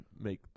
make